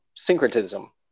Syncretism